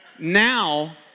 Now